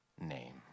name